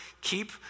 keep